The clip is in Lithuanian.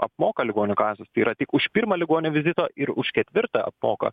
apmoka ligonių kasos tai yra tik už pirmą ligonio vizitą ir už ketvirtą apmoka